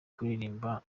kuririmba